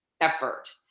effort